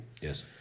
Yes